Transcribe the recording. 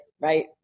Right